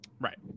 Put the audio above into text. Right